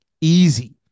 easy